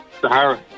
Sahara